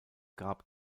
gab